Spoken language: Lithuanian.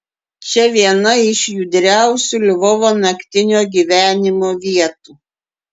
čia viena iš judriausių lvovo naktinio gyvenimo vietų